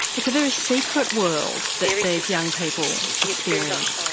it's a very secret world that these young people experience.